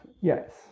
Yes